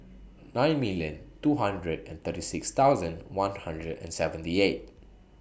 nine million two hundred and thirty six thousand one hundred and seventy eight